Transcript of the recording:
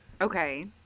Okay